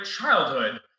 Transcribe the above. childhood